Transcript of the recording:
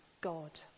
God